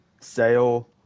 sale